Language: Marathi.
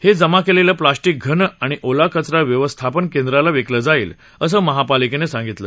हे जमा केलेलं प्लास्पिक घन आणि ओला कचरा व्यवस्थापन केंद्राला विकलं जाईल असं महापालिकेनं सांगितलं